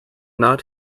nod